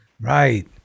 Right